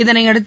இதனையடுத்து